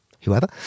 whoever